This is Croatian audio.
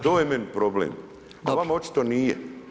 To je meni problem, a vama očito nije.